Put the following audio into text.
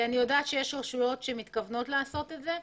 אני יודעת שיש רשויות שמתכוונות לעשות את זה.